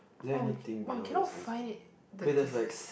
oh w~ we cannot find it the difference